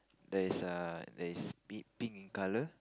there is a that is bit pink in colour